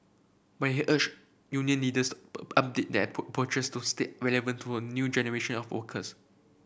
but he urged union leaders update their to stay relevant to a new generation of workers